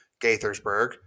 Gaithersburg